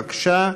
בבקשה,